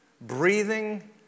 breathing